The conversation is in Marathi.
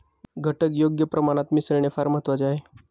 घटक योग्य प्रमाणात मिसळणे फार महत्वाचे आहे